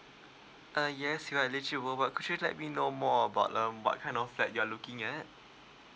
uh yes you're eligible but could you let me know more about um what kind of flat you're looking at